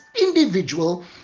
individual